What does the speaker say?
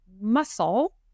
muscle